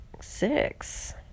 six